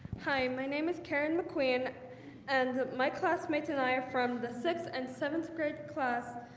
hi, my name is karen mcqueen and my classmates and i are from the sixth and seventh grade class